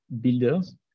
builders